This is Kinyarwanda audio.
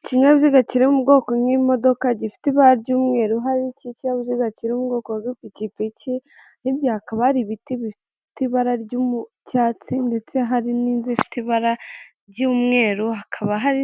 Ikinyabiziga kiri mu bwoko bw'imodoka gifite ibara ry'umweru, hari ikinyabiziga kiri mu ubwoko bw'ipikipiki, hirya hakaba hari ibiti bifite ibara ry'icyatsi ndetse hari n'inzu ifite ibara ry'umweru, hakaba hari